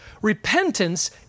repentance